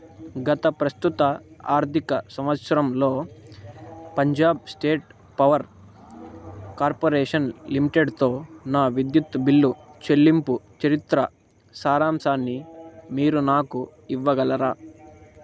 గత ప్రస్తుత ఆర్థిక సంవత్సరంలో పంజాబ్ స్టేట్ పవర్ కార్పొరేషన్ లిమిటెడ్తో నా విద్యుత్ బిల్లు చెల్లింపు చరిత్ర సారాంశాన్ని మీరు నాకు ఇవ్వగలరా